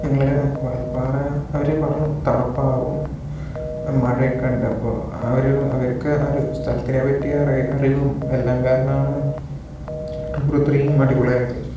ഞങ്ങൾ വാൽപ്പാറ അവര് പറഞ്ഞു തണുപ്പാകും മഴയൊക്കെ ഉണ്ട് അപ്പോൾ ആ ഒരു അവർക്ക് ആ ഒരു സ്ഥലത്തിനെപ്പറ്റി അറിവും എല്ലാം കാരണം ആണ് ടുർ ഇത്രയും അടിപൊളി ആയത്